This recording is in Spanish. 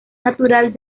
natural